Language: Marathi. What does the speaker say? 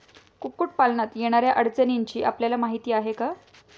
कुक्कुटपालनात येणाऱ्या अडचणींची आपल्याला माहिती आहे का?